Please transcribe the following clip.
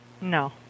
no